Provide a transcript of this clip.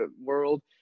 world